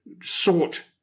sought